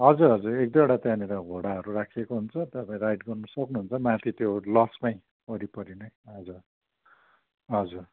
हजुर हजुर एक दुइवटा त्यहाँनिर घोडाहरू राखिएको हुन्छ तपाईँ राइड गर्नु सक्नुहुन्छ माथि त्यो लजमै वरिपरि नै हजुर हजुर